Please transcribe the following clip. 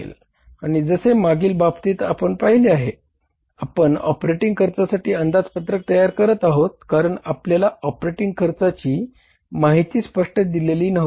आणि जसे मागील बाबतीत आपण पाहिले आहे आपण ऑपरेटिंग खर्चासाठीही अंदाजपत्रक तयार करत आहोत कारण आपल्याला ऑपरेटिंग खर्चाची माहिती स्पष्ट दिलेली नव्हती